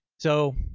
so.